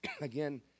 again